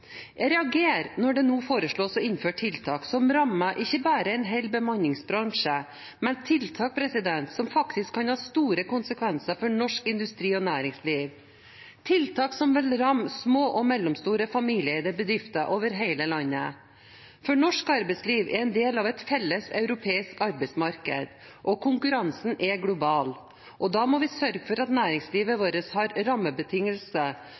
Jeg reagerer når det nå foreslås å innføre tiltak som rammer ikke bare en hel bemanningsbransje, men som faktisk kan ha store konsekvenser for norsk industri og næringsliv, tiltak som vil ramme små og mellomstore familieeide bedrifter over hele landet. For norsk arbeidsliv er en del av et felles europeisk arbeidsmarked, og konkurransen er global. Da må vi sørge for at næringslivet vårt har rammebetingelser